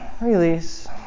release